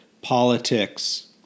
politics